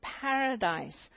paradise